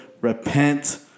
Repent